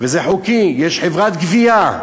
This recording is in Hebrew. וזה חוקי, יש חברת גבייה.